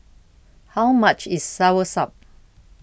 How much IS Soursop